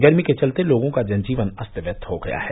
गर्मी के चलते लोगों का जन जीवन अस्त व्यस्त हो गया है